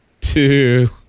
two